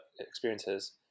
experiences